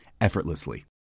effortlessly